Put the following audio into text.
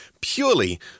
purely